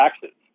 taxes